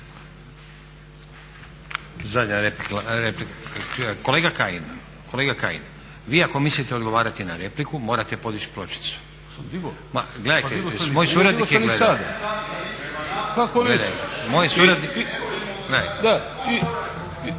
Zadnja replika… Kolega Kajin, vi ako mislite odgovarati na repliku morate podići pločicu. … /Upadica se ne razumije./ … Pa gledajte, moj suradnik